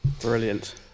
Brilliant